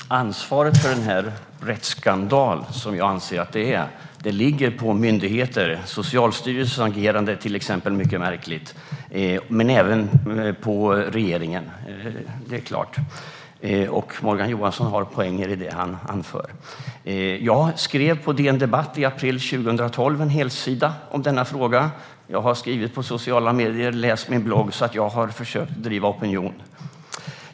Herr talman! Ansvaret för denna rättsskandal, som jag anser att det är, ligger på myndigheter - exempelvis agerade Socialstyrelsen mycket märkligt - men även på regeringen. Det är klart. Morgan Johansson har poänger i det han anför. Jag skrev i april 2012 på DN Debatt en helsida om denna fråga. Jag har skrivit på sociala medier. Läs min blogg! Jag har försökt driva opinion.